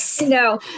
No